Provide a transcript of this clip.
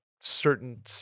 certain –